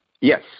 Yes